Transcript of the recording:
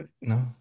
No